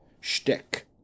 shtick